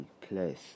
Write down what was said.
place